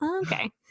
Okay